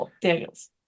Daniels